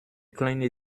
kleine